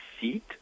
seat